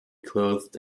clothed